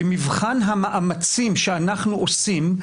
במבחן המאמצים שאנחנו עושים,